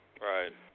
right